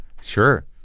Sure